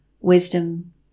wisdom